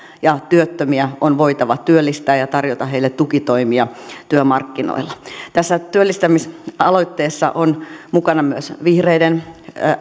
ja työttömiä on voitava työllistää ja tarjota heille tukitoimia työmarkkinoilla tässä työllistämisaloitteessa on mukana myös vihreiden